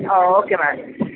ಹಾಂ okay ma'am